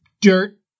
dirt